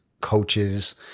coaches